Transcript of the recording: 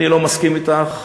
אני לא מסכים אתך.